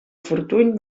fortuny